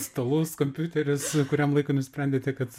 stalus kompiuterius kuriam laikui nusprendėte kad